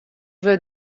wurd